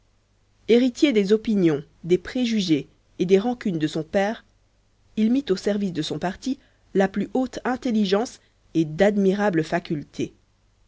héritier des opinions des préjugés et des rancunes de son père il mit au service de son parti la plus haute intelligence et d'admirables facultés